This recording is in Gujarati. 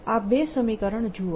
આ બે સમીકરણો જુઓ